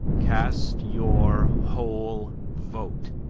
cast your whole vote,